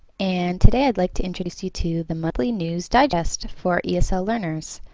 and today i'd like to introduce you to the monthly news digest for esl learners.